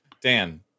Dan